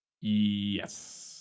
Yes